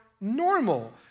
normal